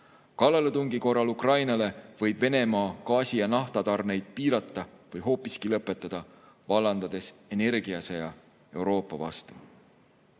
Kallaletungi korral Ukrainale võib Venemaa gaasi- ja naftatarneid piirata või need hoopiski lõpetada, vallandades energiasõja Euroopa vastu.